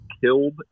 killed